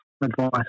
advice